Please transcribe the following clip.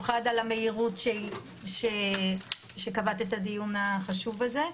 במיוחד על המהירות שקבעת את הדיון החשוב הזה.